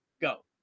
go